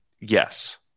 Yes